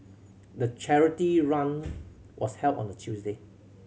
the charity run was held on a Tuesday